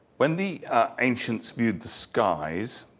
when the ancients viewed the skies,